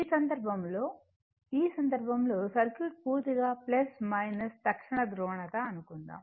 ఈ సందర్భంలో ఈ సందర్భంలో సర్క్యూట్ పూర్తిగా తక్షణ ధ్రువణత అనుకుందాం